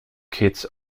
kits